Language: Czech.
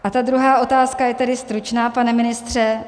A ta druhá otázka je tedy stručná, pane ministře.